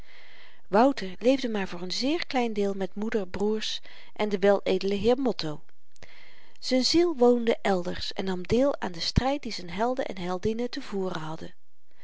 wouter leefde maar voor n zeer klein deel met moeder broêrs en den weledelen heer motto z'n ziel woonde elders en nam deel aan den stryd dien z'n helden en heldinnen te voeren hadden